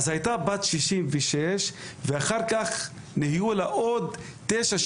אז הייתה בת 66. אחר כך היו לה עוד תשעה